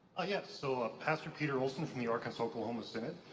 ah yes, so ah pastor peter olson from the arkansas oklahoma synod.